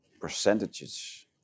percentages